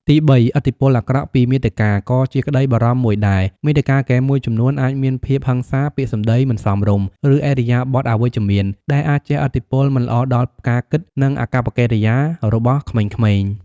ទីបី ឥទ្ធិពលអាក្រក់ពីមាតិកា ក៏ជាក្តីបារម្ភមួយដែរ មាតិកាហ្គេមមួយចំនួនអាចមានភាពហិង្សា ពាក្យសម្ដីមិនសមរម្យ ឬឥរិយាបថអវិជ្ជមាន ដែលអាចជះឥទ្ធិពលមិនល្អដល់ការគិត និងអាកប្បកិរិយារបស់ក្មេងៗ។